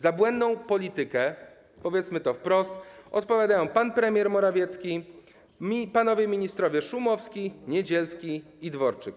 Za błędną politykę, powiedzmy to wprost, dopowiadają pan premier Morawiecki, panowie ministrowie Szumowski, Niedzielski i Dworczyk.